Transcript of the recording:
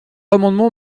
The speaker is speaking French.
amendement